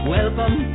Welcome